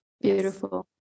beautiful